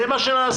זה מה שנעשה.